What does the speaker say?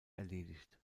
erledigt